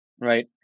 right